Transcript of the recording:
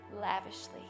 lavishly